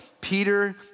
Peter